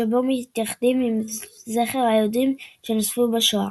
שבו מתייחדים עם זכר היהודים שנספו בשואה.